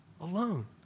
alone